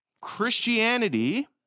Christianity